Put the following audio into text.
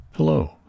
Hello